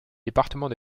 département